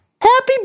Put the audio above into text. Happy